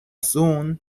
soon